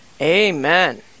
Amen